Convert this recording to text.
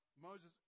Moses